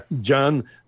John